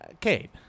Kate